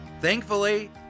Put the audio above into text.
Thankfully